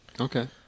Okay